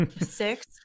six